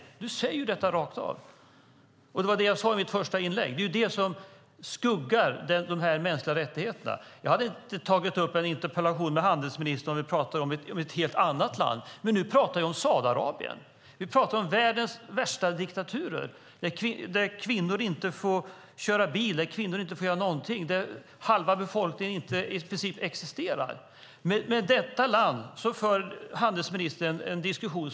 Hon säger detta rakt ut, och som jag sade i mitt första inlägg: Detta överskuggar de mänskliga rättigheterna. Jag hade inte skrivit en interpellation till handelsministern om det hade gällt ett helt annat land. Men nu pratar vi om Saudiarabien, en av världens värsta diktaturer, där kvinnor inte får köra bil, där de inte får göra någonting, där halva befolkningen i princip inte existerar. Med detta land för handelsministern en diskussion.